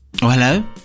hello